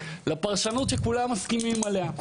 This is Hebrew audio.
לפרשנות שכולם מסכימים עליה.